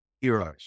heroes